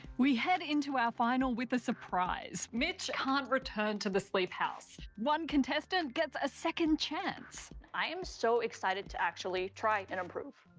we head into our final with a surprise. mitch can't return to the sleep house. one contestant gets a second chance! i am so excited to actually try and improve.